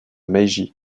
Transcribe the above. meiji